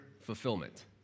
fulfillment